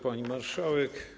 Pani Marszałek!